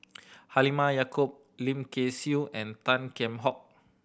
Halimah Yacob Lim Kay Siu and Tan Kheam Hock